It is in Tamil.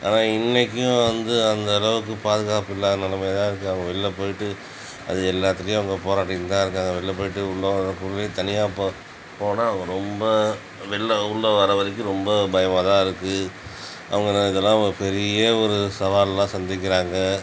ஆனால் இன்னிக்கும் வந்து அந்தளவுக்கு பாதுகாப்பு இல்லாத நிலமைல தான் இருக்குது அவங்க வெளில போயிட்டு அது எல்லாத்துலேயும் அவங்க போராடிட்டு தான் இருக்காங்க வெளில போயிட்டு உள்ள வரப்பவே தனியாக போ போனால் ரொம்ப வெளில உள்ளே வர வரைக்கும் ரொம்ப பயமாக தான் இருக்குது அவங்க இதெல்லாம் ஒரு பெரிய ஒரு சவால்லாம் சந்திக்கிறாங்க